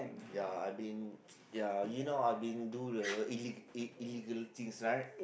ya I been ya you know I been do the ille~ E illegal things right